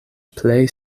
plej